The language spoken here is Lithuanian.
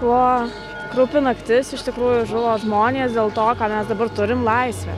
buvo kraupi naktis iš tikrųjų žuvo žmonės dėl to ką mes dabar turim laisvę